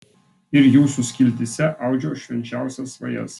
ir jūsų skiltyse audžiau švenčiausias svajas